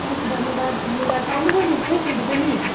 हजुर धन्यवाद धन्यवाद आउँदै गर्नुहसै फेरि पनि